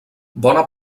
bona